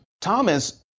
Thomas